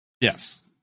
Yes